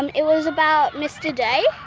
and it was about mr day,